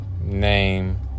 Name